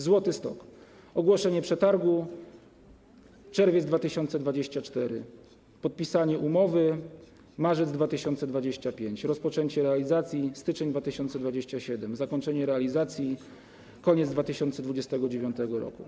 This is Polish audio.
Złoty Stok - ogłoszenie przetargu: czerwiec 2024, podpisanie umowy: marzec 2025, rozpoczęcie realizacji: styczeń 2027, zakończenie realizacji: koniec 2029 r.